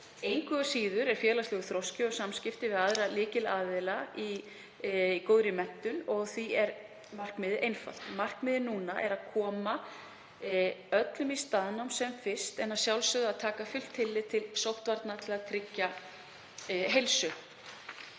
Engu að síður er félagslegur þroski og samskipti við aðra lykilatriði í góðri menntun og því er markmiðið núna einfalt: Að koma öllum í staðnám sem fyrst en að sjálfsögðu að taka fullt tillit til sóttvarna til að tryggja heilsu.